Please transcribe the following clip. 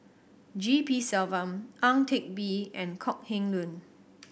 G P Selvam Ang Teck Bee and Kok Heng Leun